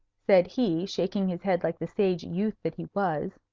said he, shaking his head like the sage youth that he was.